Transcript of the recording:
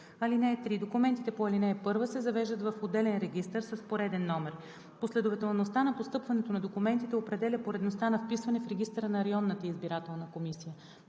ден. (3) Документите по ал. 1 се завеждат в отделен регистър с пореден номер. Последователността на постъпването на документите определя поредността на вписване в регистъра на районната избирателна комисия.